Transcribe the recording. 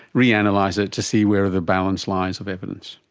reanalyse it to see where the balance lies of evidence.